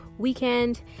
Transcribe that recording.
weekend